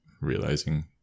realizing